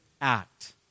act